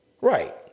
Right